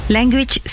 Language